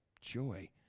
joy